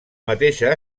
mateixa